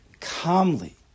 calmly